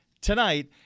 tonight